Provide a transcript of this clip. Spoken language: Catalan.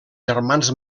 germans